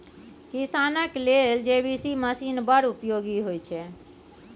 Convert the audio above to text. किसानक लेल JCB machine बड़ उपयोगी होइ छै